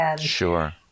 Sure